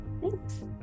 Thanks